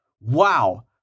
Wow